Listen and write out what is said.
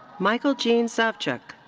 michael gene savchuk.